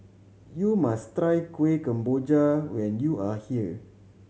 you must try Kueh Kemboja when you are here